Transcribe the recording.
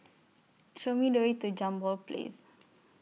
Show Me The Way to Jambol Place